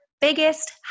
biggest